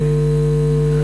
בקבינט.